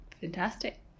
Fantastic